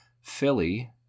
Philly